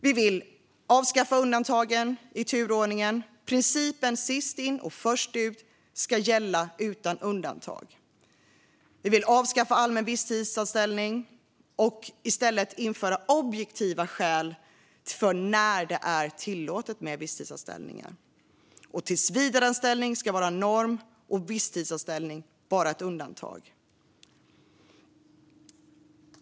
Vi vill avskaffa undantagen i turordningen. Principen sist in, först ut ska gälla utan undantag. Vi vill avskaffa allmän visstidsanställning och i stället införa objektiva skäl för när det är tillåtet med visstidsanställningar. Tillsvidareanställning ska vara norm, och visstidsanställning ska vara ett undantag.